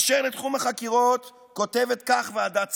אשר לתחום החקירות, כותבת כך ועדת צדוק: